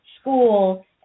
school